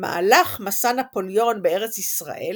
במהלך מסע נפוליאון בארץ ישראל